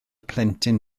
plentyn